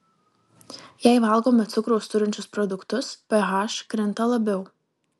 jei valgome cukraus turinčius produktus ph krinta labiau